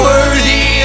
Worthy